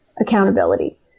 accountability